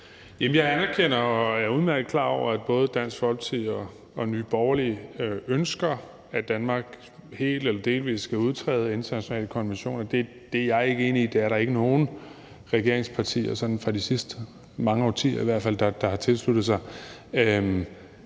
og er udmærket klar over, at både Dansk Folkeparti og Nye Borgerlige ønsker, at Danmark helt eller delvis skal udtræde af internationale konventioner. Det er jeg ikke enig i, og det er der ikke nogen regeringspartier, i hvert fald ikke fra de sidste mange årtier, der har tilsluttet sig.